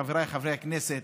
חבריי חברי הכנסת,